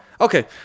Okay